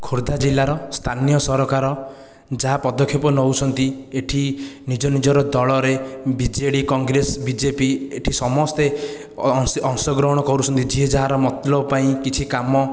ଖୋର୍ଦ୍ଧା ଜିଲ୍ଲାର ସ୍ଥାନୀୟ ସରକାର ଯାହା ପଦକ୍ଷେପ ନେଉଛନ୍ତି ଏଠି ନିଜ ନିଜର ଦଳରେ ବିଜେଡ଼ି କଂଗ୍ରେସ ବିଜେପି ଏଠି ସମସ୍ତେ ଅଂଶଗ୍ରହଣ କରୁଛନ୍ତି ଯିଏ ଯାହାର ମତଲବ ପାଇଁ କିଛି କାମ